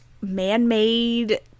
man-made